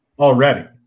already